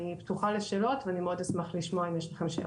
אני פתוחה לשאלות ומאוד אשמח לשמוע אם יש לכם שאלות.